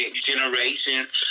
generations